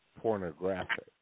pornographic